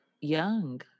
young